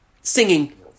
singing